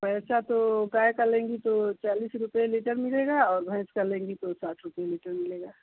पैसा तो गाय का लेंगी तो चालीस रुपये लीटर मिलेगा और भैंस का लेंगी तो साठ रुपये लीटर मिलेगा